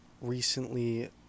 recently